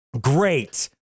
great